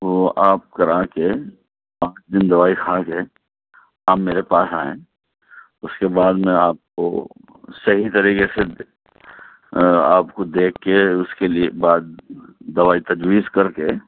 وہ آپ کر کے پانچ دِن دوائی کھا کے آپ میرے پاس آئیں اُس کے بعد میں آپ کو صحیح طریقے سے آپ کو دیکھ کے اُس کے لے بعد دوائی تجویز کر کے